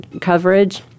coverage